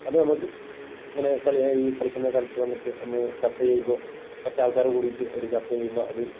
അത് നമ്മൾക്ക് ഇങ്ങനെ കളി ഈ കളിക്കുന്ന സ്ഥലത്ത് വന്നിട്ട് ഒന്ന് ചര്ച്ച ചെയ്യുമ്പോൾ കുറച്ചാള്ക്കാരെ കൂടിയിട്ട് ഒരു ചര്ച്ച ചെയ്യുമ്പോൾ അത്